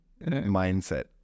mindset